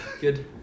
Good